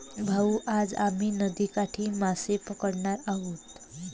भाऊ, आज आम्ही नदीकाठी मासे पकडणार आहोत